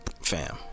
Fam